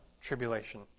tribulation